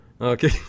Okay